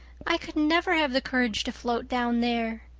i could never have the courage to float down there.